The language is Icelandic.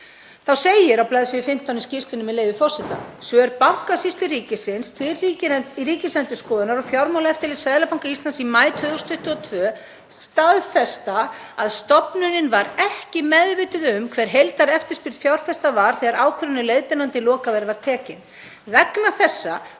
Þá segir á bls. 15 í skýrslunni, með leyfi forseta: „Svör Bankasýslu ríkisins til Ríkisendurskoðunar og Fjármálaeftirlits Seðlabanka Íslands í maí 2022 staðfesta að stofnunin var ekki meðvituð um hver heildareftirspurn fjárfesta var þegar ákvörðun um leiðbeinandi lokaverð var tekin. Vegna þessa